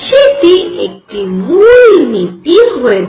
সেটি একটি মূল নীতি হয়ে দাঁড়ায়